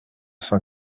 cent